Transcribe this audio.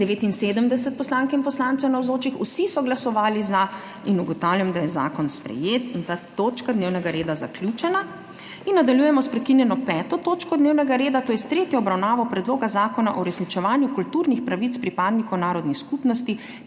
79 poslank in poslancev navzočih, vsi so glasovali za. (Za je glasovalo 79.) (Proti nihče.) Ugotavljam, da je zakon sprejet in ta točka dnevnega reda zaključena. **In nadaljujemo s prekinjeno 5. točko dnevnega reda, to je s tretjo obravnavo Predloga zakona o uresničevanju kulturnih pravic pripadnikov narodnih skupnosti